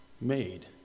made